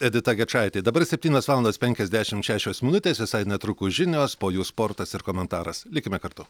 edita gečaitė dabar septynios valandos penkiasdešim šešios minutės visai netrukus žinios po jų sportas ir komentaras likime kartu